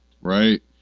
Right